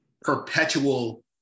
perpetual